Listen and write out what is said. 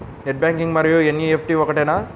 Net banking మరియు NEFT ఒకటేనా?